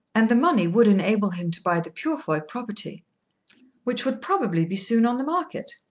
and the money would enable him to buy the purefoy property which would probably be soon in the market.